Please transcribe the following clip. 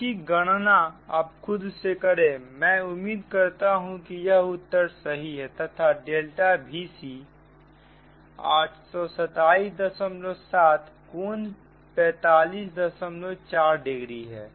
इसकी गणना आप खुद से करें और मैं उम्मीद करता हूं कि यह उत्तर सही है तथा डेल्टा Vc 8277 कोण 454 डिग्री है